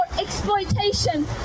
exploitation